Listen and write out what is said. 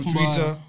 Twitter